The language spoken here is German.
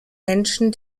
menschen